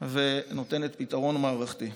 ולא נותנת פתרון מערכתי.